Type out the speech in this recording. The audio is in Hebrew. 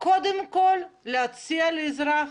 צריך קודם כול להציע לאזרח